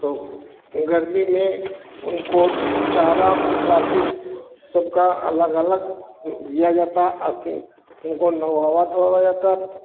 तो गर्मी में उनको चारा पाती सबका अलग अलग दिया जाता है ऐसे उनको नहाया धोया जाता है